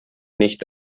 nicht